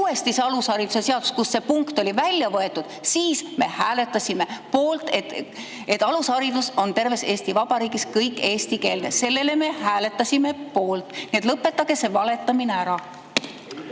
uuesti see alushariduse seaduse eelnõu, kust see punkt oli välja võetud, siis me hääletasime poolt, et alusharidus on terves Eesti Vabariigis kõik eestikeelne. Selle puhul me hääletasime poolt, nii et lõpetage see valetamine ära.